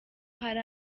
hari